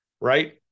right